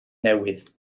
newydd